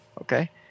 okay